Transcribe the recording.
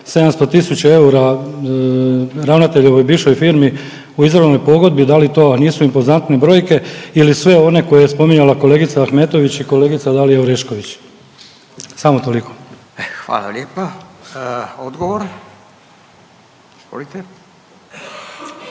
700 tisuća eura ravnateljevoj bivšoj firmi u izravnoj pogodbi. Da li to nisu impozantne brojke ili sve one koje je spominjala kolegica Ahmetović i kolegica Dalija Orešković? Samo toliko. **Radin, Furio